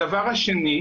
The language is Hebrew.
הדבר השני,